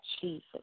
Jesus